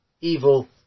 evil